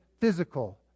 physical